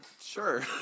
sure